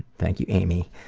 thank you, amy.